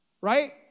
Right